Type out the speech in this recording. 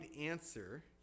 answer